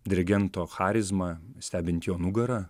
dirigento charizma stebint jo nugarą